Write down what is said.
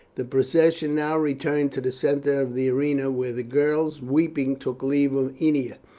the procession now returned to the centre of the arena, where the girls, weeping, took leave of ennia,